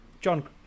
John